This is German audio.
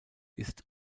ist